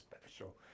special